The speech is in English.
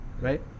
right